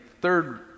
third